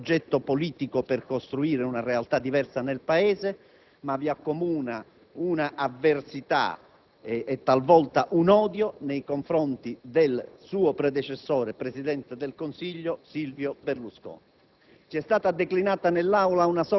La verità è che non vi accomuna un progetto politico per costruire una realtà diversa nel Paese, ma un'avversità, talvolta un odio, nei confronti del suo predecessore alla Presidenza del Consiglio, l'onorevole Silvio Berlusconi.